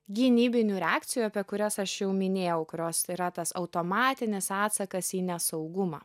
gynybinių reakcijų apie kurias aš jau minėjau kurios yra tas automatinis atsakas į nesaugumą